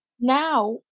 now